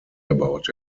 about